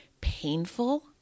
painful